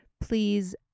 Please